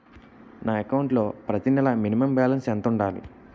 నా అకౌంట్ లో ప్రతి నెల మినిమం బాలన్స్ ఎంత ఉండాలి?